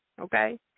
okay